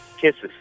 Kisses